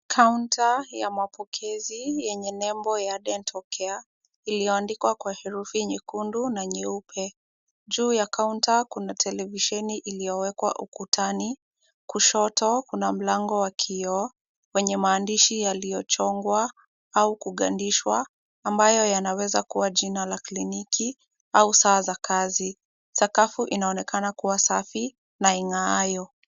Kaunta ya mapokezi yenye nembo ya dental care iliyoandikwa kwa herufi nyekundu na nyeupe. Juu ya kaunta kuna televisheni iliyowekwa ukutani, kushoto kuna mlango wa kioo wenye maandishi yaliyochongwa au kugadishwa, ambayo yanaweza kuwa jina la kliniki au saa za kazi. Sakafu inaonekana kuwa safi na ing'aayo.